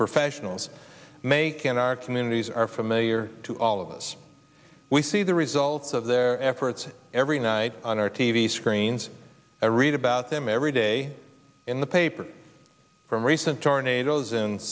professionals making our communities are familiar to all of us we see the results of their efforts every night on our t v screens i read about them every day in the paper from recent tornados in